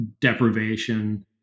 deprivation